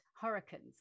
hurricanes